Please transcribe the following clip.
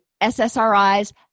SSRIs